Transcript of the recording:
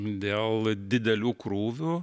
dėl didelių krūvių